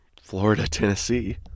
Florida-Tennessee